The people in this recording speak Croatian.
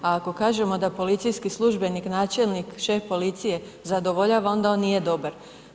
A ako kažemo da policijski službenik, načelnik, šef policije zadovoljava onda on nije dobar.